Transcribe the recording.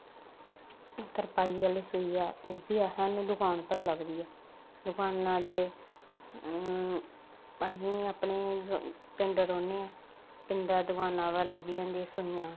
तरपाई आह्ली सुई ऐ ओह् बी असें दकान उप्परा लभदी ऐ दकानां दे असें अपने पिंड रौंह्ने आं पिंडे च दकान उप्परा लब्भी जंदी सुइयां